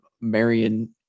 Marion